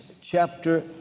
chapter